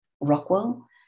Rockwell